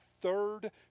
third